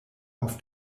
auf